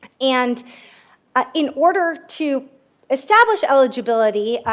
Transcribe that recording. and ah in order to establish eligibility,